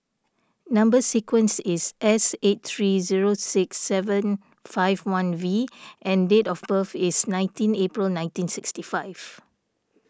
Number Sequence is S eight three zero six seven five one V and date of birth is nineteen April nineteen sixty five